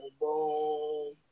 boom